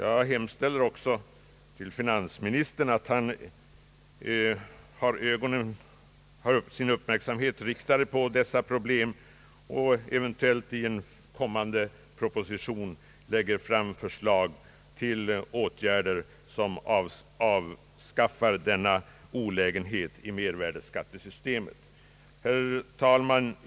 Jag hemställer också till finansministern att han har sin uppmärksamhet riktad på dessa problem och i en kommande proposition framlägger förslag till åtgärder, som avskaffar denna olägenhet i mervärdeskattesystemet. Herr talman!